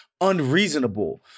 unreasonable